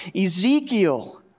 Ezekiel